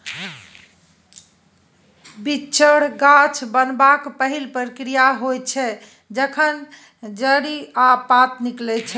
बीचर गाछ बनबाक पहिल प्रक्रिया होइ छै जखन जड़ि आ पात निकलै छै